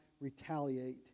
retaliate